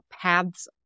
paths